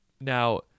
Now